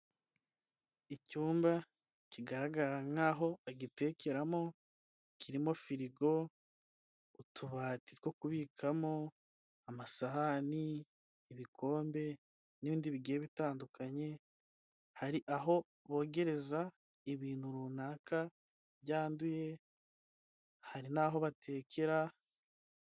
Icyumba kigaragara nkaho bagitekeramo kirimo firigo, utubati two kubikamo, amasahani, ibikombe n'ibindi bigiye bitandukanye, hari aho bogereza ibintu runaka byanduye, hari n'aho batekera.